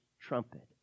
trumpet